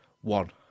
one